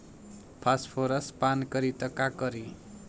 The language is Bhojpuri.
फॉस्फोरस पान करी त का करी?